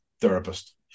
therapist